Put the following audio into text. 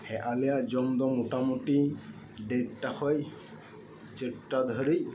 ᱦᱮᱸ ᱟᱞᱮᱭᱟᱜ ᱡᱚᱢ ᱫᱚ ᱢᱚᱴᱟ ᱢᱩᱴᱤ ᱰᱮᱴ ᱴᱟ ᱠᱷᱚᱱ ᱪᱟᱹᱨᱴᱟ ᱫᱷᱟᱹᱨᱤᱡ